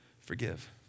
Forgive